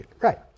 Right